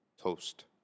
toast